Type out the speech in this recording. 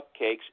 cupcakes